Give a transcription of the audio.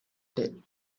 day